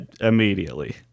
immediately